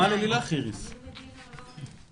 עונשים ארוכים מאחורי סורג ובריח בעבירות